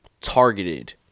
targeted